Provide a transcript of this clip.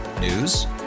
News